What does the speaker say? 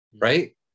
right